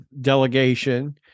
delegation